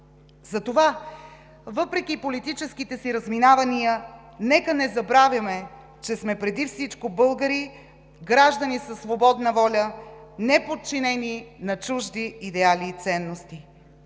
Затова въпреки политическите си разминавания, нека не забравяме, че сме преди всичко българи, граждани със свободна воля, неподчинени на чужди идеали и ценности.